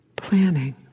planning